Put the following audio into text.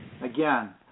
Again